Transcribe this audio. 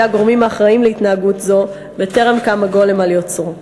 הגורמים האחראים להתנהגות זו בטרם קם הגולם על יוצרו.